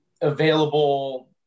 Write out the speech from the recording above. available